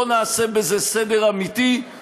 בואו נעשה בזה סדר אמיתי,